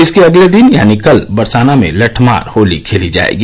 इसके अगले दिन यानी कल बरसाना में लटठमार होली खेली जायेगी